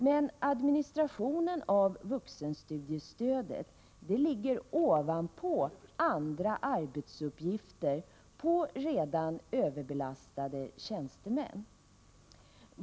Men administrationen av vuxenstudiestödet ligger ovanpå andra arbetsuppgifter på redan överbelastade tjänstemän.